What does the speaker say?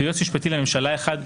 ויועץ משפטי לממשלה אחד,